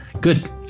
Good